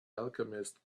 alchemist